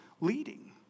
leading